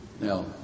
Now